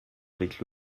avec